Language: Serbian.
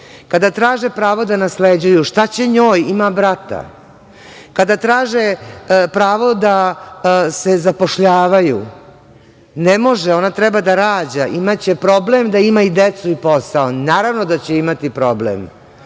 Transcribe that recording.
Kada traže pravo da nasleđuju, šta će njoj, ima brata. Kada traže pravo da se zapošljavaju, ne može, ona treba da rađa, imaće problem da ima i decu i posao. Naravno da će imati problem,